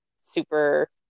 super